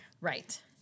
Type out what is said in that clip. Right